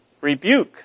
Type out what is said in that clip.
Rebuke